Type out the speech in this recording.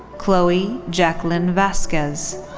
chloe jacqueline vasquez.